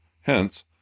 Hence